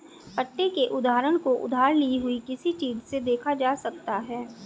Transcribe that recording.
पट्टे के उदाहरण को उधार ली हुई किसी चीज़ से देखा जा सकता है